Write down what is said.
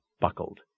buckled